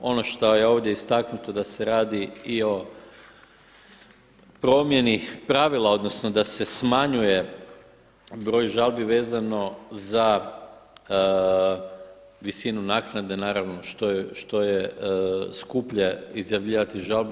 Ono šta je ovdje istaknuto da se radi i o promjeni pravila, odnosno da se smanjuje broj žalbi vezano za visinu naknade naravno što je skuplje izjavljivati žalbu.